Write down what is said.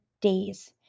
days